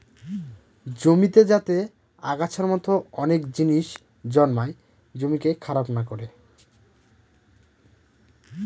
জমিতে যাতে আগাছার মতো অনেক জিনিস জন্মায় জমিকে খারাপ না করে